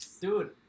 Dude